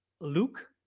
Luke